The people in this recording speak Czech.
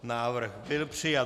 Návrh byl přijat.